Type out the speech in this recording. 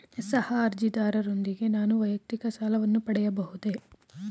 ಸಹ ಅರ್ಜಿದಾರರೊಂದಿಗೆ ನಾನು ವೈಯಕ್ತಿಕ ಸಾಲವನ್ನು ಪಡೆಯಬಹುದೇ?